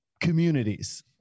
communities